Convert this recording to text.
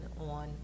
on